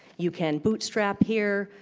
you can bootstrap here.